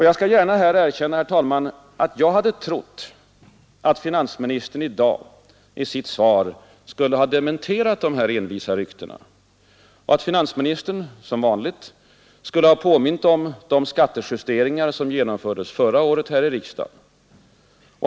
Jag skall gärna erkänna, herr talman, att jag hade trott att finansministern i dag i sitt svar skulle ha dementerat de här envisa ryktena och som vanligt påmint om de skattejusteringar som genomfördes förra året här i riksdagen.